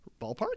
ballpark